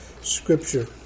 Scripture